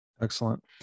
Excellent